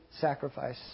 sacrifice